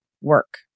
work